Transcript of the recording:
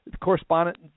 correspondent